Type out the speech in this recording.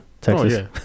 Texas